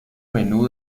menú